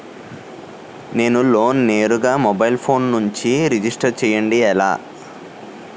నేను లోన్ నేరుగా mobile phone నుంచి రిజిస్టర్ చేయండి ఎలా?